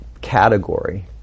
category